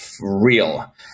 real